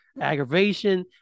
aggravation